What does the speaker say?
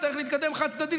נצטרך להתקדם חד-צדדי,